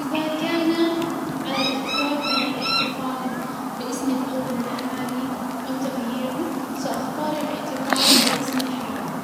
ازا كان على الاختيار بين الاحتفاظ باسم الاول الحالي او تغييره ساختار الاحتفاظ باسمي الحالي.